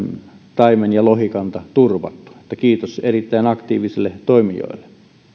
taimen ja lohikanta turvattu kiitos erittäin aktiivisille toimijoille